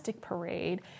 parade